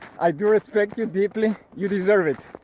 i do respect you deeply you deserve it!